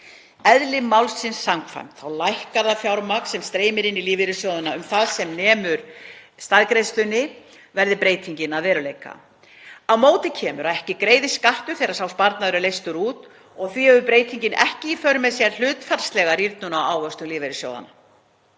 Eðli málsins samkvæmt lækkar það fjármagn sem streymir inn í lífeyrissjóðina um það sem nemur staðgreiðslunni verði breytingin að veruleika. Á móti kemur að ekki greiðist skattur þegar sá sparnaður er leystur út og því hefur breytingin ekki í för með sér hlutfallslega rýrnun á ávöxtun lífeyrissjóða.